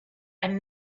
and